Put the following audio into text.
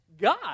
God